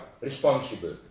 responsible